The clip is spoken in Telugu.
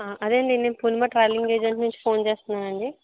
అదే అండి నేను పూర్ణిమ ట్రావెలింగ్ ఏజెన్సీ నుంచి ఫోన్ చేస్తున్నానండి